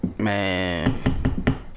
Man